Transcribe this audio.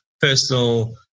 personal